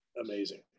amazing